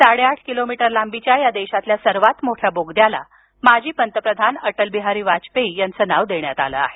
साडेआठ किलोमीटर लांबीच्या या देशातील सर्वात मोठ्या बोगद्याला माजी पंतप्रधान अटल बिहारी वाजपेयी यांच नाव देण्यात आलं आहे